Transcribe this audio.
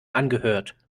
angehört